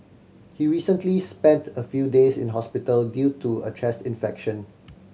he recently spent a few days in hospital due to a chest infection